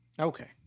Okay